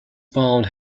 bound